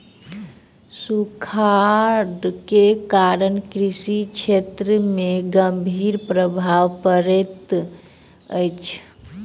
सूखाड़ के कारण कृषि क्षेत्र में गंभीर प्रभाव पड़ैत अछि